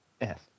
Yes